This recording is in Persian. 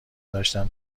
داشتم